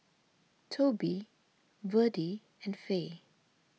Toby Verdie and Fae